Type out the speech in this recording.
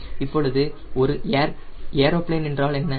இப்போது ஒரு ஏரோபிளேன் என்றால் என்ன